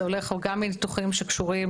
זה הולך גם לניתוחים אורולוגיים.